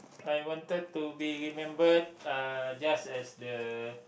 I wanted to be remembered uh just as the